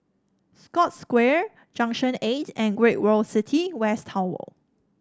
Scotts Square Junction Eight and Great World City West Tower